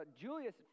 julius